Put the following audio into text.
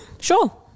Sure